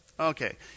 Okay